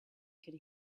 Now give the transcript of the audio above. could